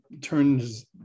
turns